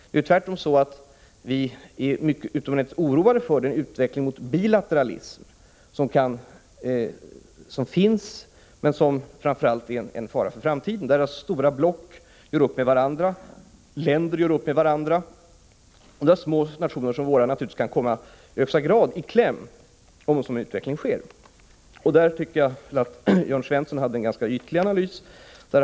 Det är tvärtom så att vi är utomordentligt oroade för den utveckling mot bilateralism som finns men som framför allt är en fara för framtiden: att stora block gör upp med varandra, länder gör upp med varandra; små nationer som vår kan då naturligtvis i högsta grad komma i kläm. Där tycker jag att Jörn Svensson hade en ganska ytlig analys.